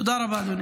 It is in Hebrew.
תודה רבה, אדוני.